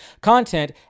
content